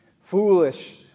Foolish